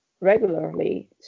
regularly